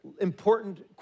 important